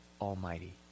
Almighty